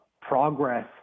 progress